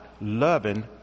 loving